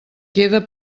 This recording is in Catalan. queda